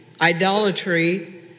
idolatry